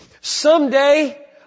Someday